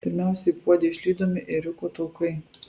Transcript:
pirmiausiai puode išlydomi ėriuko taukai